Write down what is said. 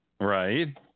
Right